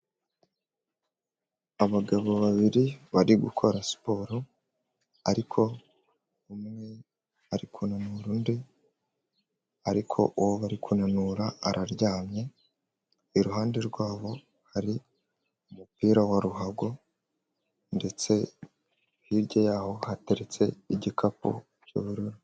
Abagabo babiri bari gukora siporo, ariko umwe ari kunanura undi, ariko uwo bari kunanura araryamye, iruhande rwabo hari umupira wa ruhago ndetse hirya yaho hateretse igikapu cy'ubururu.